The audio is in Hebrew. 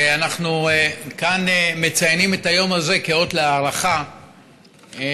שאנחנו מציינים כאן את היום הזה כאות להערכה על